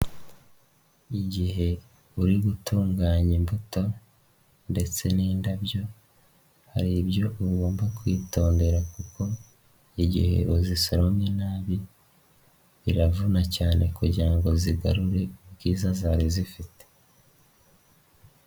Igihe uri gutunganya imbuto ndetse n'indabyo hari ibyo ugomba kwitondera kuko igi uzisaromye nabi biravuna cyane kugira ngo zigarure ubwiza zari zifite.